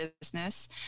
business